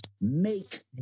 make